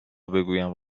بگویم